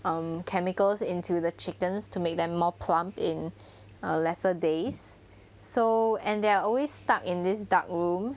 um chemicals into the chickens to make them more plump in err lesser days so and they are always stuck in this dark room